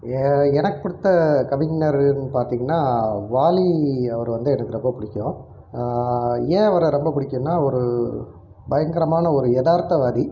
எ எனக்கு பிடித்த கவிஞருன்னு பார்த்திங்கன்னா வாலி அவரை வந்து எனக்கு ரொம்ப பிடிக்கும் ஏன் அவரை ரொம்ப பிடிக்குன்னா ஒரு பயங்கரமான ஒரு யதார்த்தவாதி